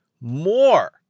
more